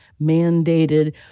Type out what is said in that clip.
mandated